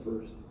first